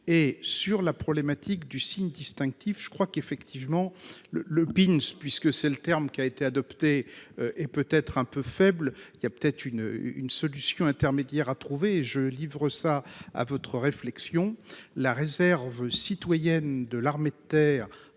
et sur la problématique du signe distinctif, je crois qu'effectivement le le pin's puisque c'est le terme qui a été adopté et peut être un peu faible, il y a peut-être une une solution intermédiaire a trouvé je livre ça à votre réflexion la réserve citoyenne de l'armée de terre